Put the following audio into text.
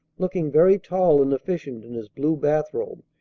looking very tall and efficient in his blue bath-robe.